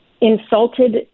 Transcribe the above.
insulted